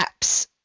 apps